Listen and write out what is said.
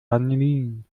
vanillin